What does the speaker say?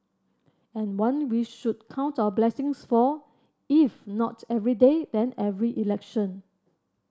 and one we should count our blessings for if not every day then every election